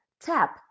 tap